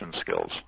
skills